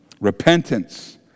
repentance